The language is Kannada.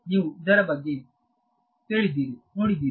ನೀವು ಇದರ ಬಗ್ಗೆ ಕೇಳಿದ್ದೀರಿನೋಡಿದ್ದೀರಿ